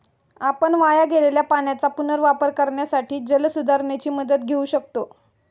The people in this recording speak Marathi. आपण वाया गेलेल्या पाण्याचा पुनर्वापर करण्यासाठी जलसुधारणेची मदत घेऊ शकतो